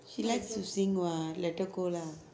she likes to sing [what] let her go lah